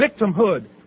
victimhood